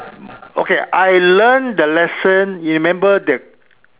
okay I learn the lesson you remember the